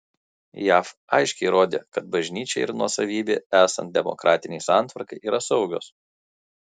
jav aiškiai rodė kad bažnyčia ir nuosavybė esant demokratinei santvarkai yra saugios